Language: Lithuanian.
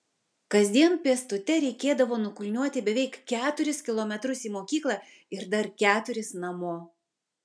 kasdien pėstute reikėdavo nukulniuoti beveik keturis kilometrus į mokyklą ir dar keturis namo